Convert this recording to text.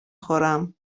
خورم